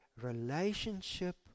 relationship